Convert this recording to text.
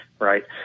right